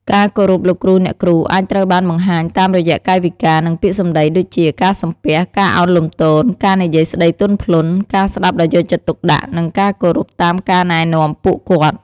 ការគោរពលោកគ្រូ អ្នកគ្រូ អាចត្រូវបានបង្ហាញតាមរយៈកាយវិការ និងពាក្យសម្ដីដូចជា ការសំពះ ការឱនលំទោន ការនិយាយស្តីទន់ភ្លន់ ការស្ដាប់ដោយយកចិត្តទុកដាក់ និងការគោរពតាមការណែនាំពួកគាត់។